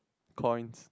coins